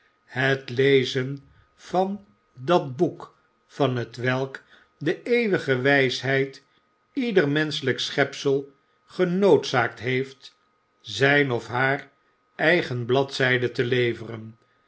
het lezen van dat boek van hetwelk de eeuwige wijsheid ieder menschelijk schepsel genoodzaakt heeft zyn of haar eigen bladzijde te leveren